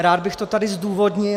Rád bych to tady zdůvodnil.